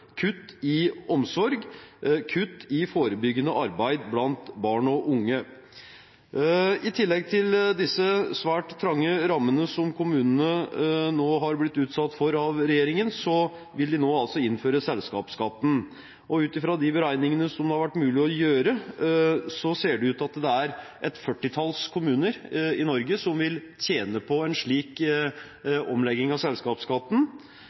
kutt i skole, kutt i omsorg, kutt i forebyggende arbeid blant barn og unge. I tillegg til disse svært trange rammene som kommunene nå har blitt utsatt for av regjeringen, vil regjeringen altså innføre selskapsskatten. Ut fra de beregningene som det har vært mulig å gjøre, ser det ut til at det er et førtitalls kommuner i Norge som vil tjene på en slik omlegging av selskapsskatten,